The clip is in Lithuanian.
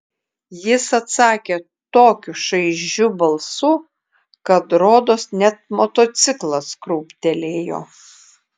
jis atsakė tokiu šaižiu balsu kad rodos net motociklas krūptelėjo